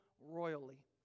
royally